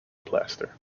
plaster